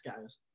guys